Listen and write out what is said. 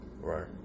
Right